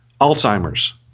Alzheimer's